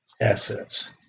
assets